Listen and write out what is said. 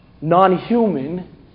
non-human